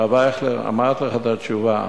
הרב אייכלר, אמרתי לך את התשובה.